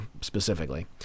specifically